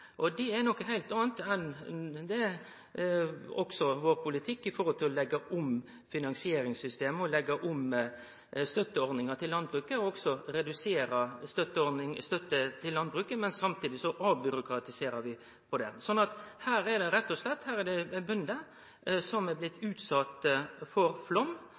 nullstilt. Det er noko heilt anna enn vår politikk når det gjeld å leggje om finansieringssystemet, å leggje om støtteordningar til landbruket og òg redusere støtte til landbruket, samtidig som vi avbyråkratiserar det. Her er det rett og slett bønder som har blitt utsette for